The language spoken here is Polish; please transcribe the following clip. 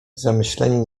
zamyśleni